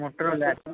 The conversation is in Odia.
ମୋଟୋରୋଲା ଅଛି